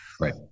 Right